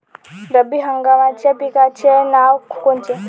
रब्बी हंगामाच्या पिकाचे नावं कोनचे?